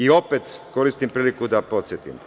Opet koristim priliku da podsetim.